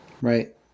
Right